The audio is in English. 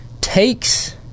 takes